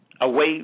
away